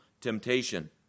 temptation